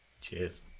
Cheers